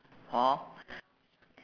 hor